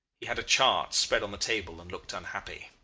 he had a chart spread on the table, and looked unhappy.